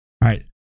right